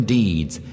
deeds